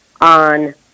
on